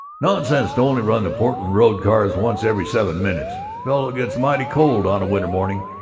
nonsense to only run the portland road cars once every seven minutes. fellow gets mighty cold on a winter morning,